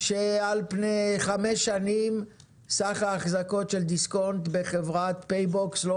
על פני חמש שנים סך האחזקות של דיסקונט בחברת פיי-בוקס לא